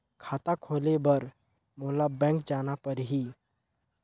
खाता खोले बर मोला बैंक जाना परही?